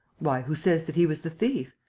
why, who says that he was the thief?